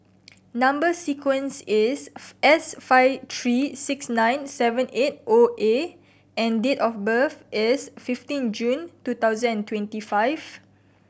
number sequence is S five three six nine seven eight O A and date of birth is fifteen June two thousand and twenty five